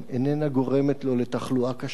איננה גורמת לו לתחלואה קשה.